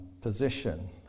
position